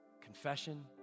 Confession